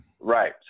Right